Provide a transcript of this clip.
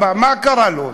מה קרה לו?